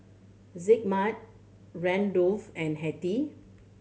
Zigmund Randolf and Hetty